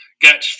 get